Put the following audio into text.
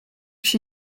się